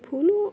ফুল